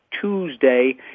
Tuesday